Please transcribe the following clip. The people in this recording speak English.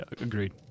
Agreed